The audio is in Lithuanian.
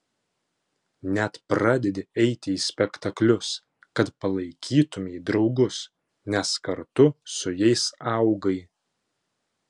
net pradedi eiti į spektaklius kad palaikytumei draugus nes kartu su jais augai